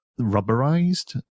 rubberized